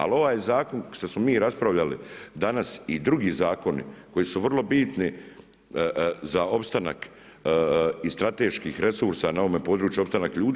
Ali ovaj zakon šta smo mi raspravljali danas i drugi zakoni koji su vrlo bitni za opstanak i strateških resursa na ovome području, opstanak ljudi.